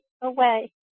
away